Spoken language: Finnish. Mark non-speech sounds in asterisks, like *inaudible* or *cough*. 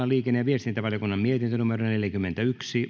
*unintelligible* liikenne ja viestintävaliokunnan mietintö neljäkymmentäyksi